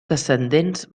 descendents